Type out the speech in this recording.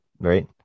right